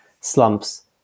slumps